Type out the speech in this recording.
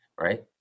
right